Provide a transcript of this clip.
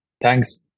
Thanks